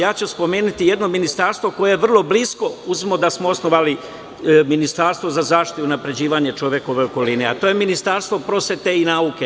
Spomenuću jedno ministarstvo koje je vrlo blisko, uzmimo da smo osnovali ministarstvo za zaštitu i unapređivanje čovekove okoline, a to je Ministarstvo prosvete i nauke.